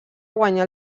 guanyà